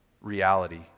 reality